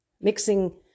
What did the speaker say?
mixing